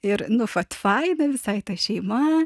ir nu vat faina visai ta šeima